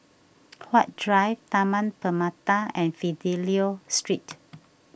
Huat Drive Taman Permata and Fidelio Street